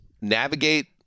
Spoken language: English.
navigate –